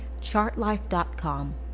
Chartlife.com